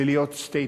ולהיות statesmen.